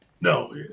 no